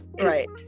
right